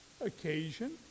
occasion